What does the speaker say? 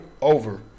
over